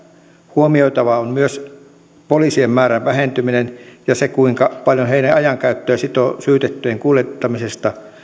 huomioitavaa on myös poliisien määrän vähentyminen ja se kuinka paljon heidän ajankäyttöään sitoo syytettyjen kuljettaminen